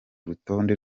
rutonde